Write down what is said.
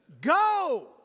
Go